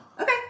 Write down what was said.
Okay